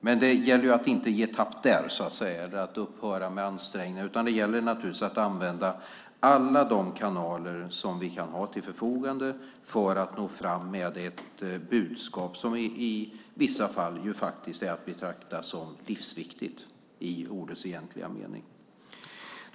Men det gäller att inte ge tappt där eller att upphöra med ansträngningar, utan det gäller naturligtvis att använda alla de kanaler som vi kan ha till förfogande för att nå fram med ett budskap som i vissa fall är att betrakta som livsviktigt i ordets egentliga mening.